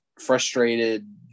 frustrated